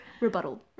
Rebuttal